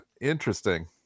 interesting